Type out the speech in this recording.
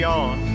on